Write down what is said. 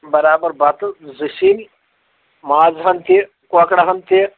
برابر بَتہٕ زٕ سِنۍ مازَہَن تہِ کۄکرٕہَن تہِ